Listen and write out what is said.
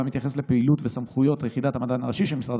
המתייחס לפעילות וסמכויות יחידת המדען הראשי של משרד